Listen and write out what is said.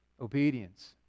Obedience